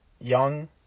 young